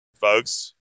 folks